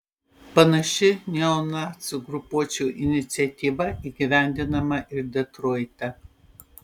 panaši neonacių grupuočių iniciatyva įgyvendinama ir detroite